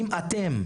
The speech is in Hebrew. אם אתם,